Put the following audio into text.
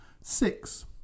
Six